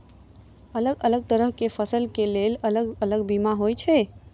अलग अलग तरह केँ फसल केँ लेल अलग अलग बीमा होइ छै?